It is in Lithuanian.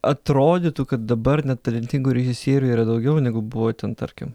atrodytų kad dabar netalentingų režisierių yra daugiau negu buvo ten tarkim